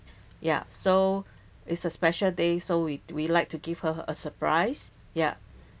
ya so it's a special day so we we like to give her a surprise ya